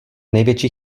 největší